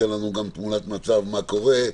שלמון ייתן לנו תמונת מצב לגבי מה קורה.